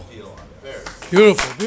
Beautiful